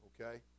Okay